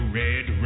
red